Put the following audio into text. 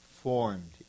formed